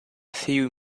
few